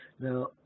Now